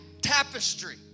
tapestry